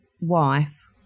wife